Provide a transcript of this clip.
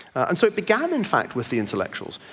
and so it began in fact with the intellectuals.